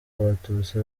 abatutsi